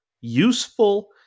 useful